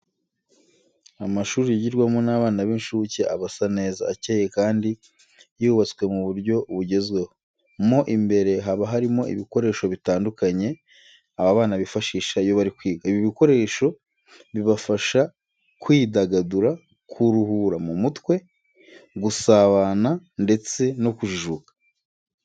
Amashuri yigirwamo n'abana b'incuke aba asa neza, acyeye kandi yubatswe mu buryo bugezweho. Mo imbere haba harimo ibikoresho bitandukanye aba bana bifashisha iyo bari kwiga. Ibi bikoresho bibafasha kwidagadura, kuruhura mu mutwe, gusabana ndetse no kujijuka.